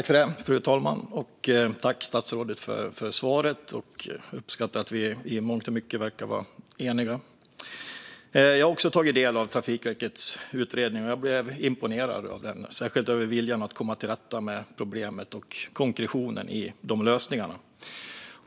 Fru talman! Tack, statsrådet, för svaret! Jag uppskattar att vi i mångt och mycket verkar vara eniga. Jag har också tagit del av Trafikverkets utredning. Jag blev imponerad av den, särskilt av viljan att komma till rätta med problemet och konkretionen i lösningarna.